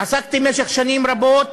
עסקתי במשך שנים רבות